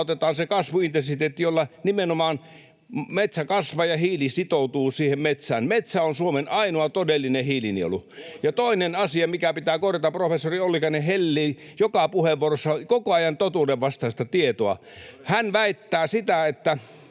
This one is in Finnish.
palautetaan se kasvuintensiteetti, jolla nimenomaan metsä kasvaa ja hiili sitoutuu siihen metsään. Metsä on Suomen ainoa todellinen hiilinielu. Ja asia, mikä pitää korjata: Professori Ollikainen hellii joka puheenvuorossaan koko ajan totuudenvastaista tietoa. Hän väittää, että